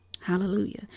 Hallelujah